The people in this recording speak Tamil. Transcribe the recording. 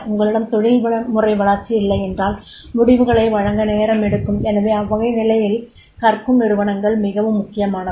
உங்களிடம் தொழில்முறை வளர்ச்சி இல்லை என்றால் முடிவுகளை வழங்க நேரம் எடுக்கும் எனவே அவ்வகை நிலையில் கற்கும் நிருவனங்கள் மிகவும் முக்கியமானவை